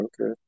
okay